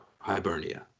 Hibernia